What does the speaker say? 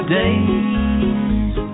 days